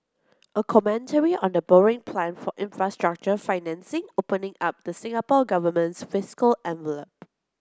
a commentary on the borrowing plan for infrastructure financing opening up the Singapore Government's fiscal envelope